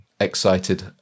excited